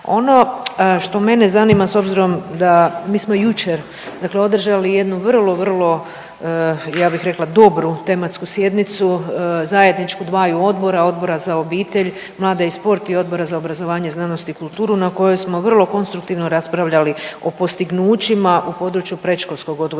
Ono što mene zanima s obzirom da mi smo jučer dakle održali jednu vrlo, vrlo ja bih rekla dobru tematsku sjednicu, zajedničku dvaju odbora, Odbora za obitelj, mlade i sport i Odbora za obrazovanje, znanost i kulturu na kojoj smo vrlo konstruktivno raspravljali o postignućima u području predškolskog odgoja